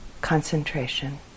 concentration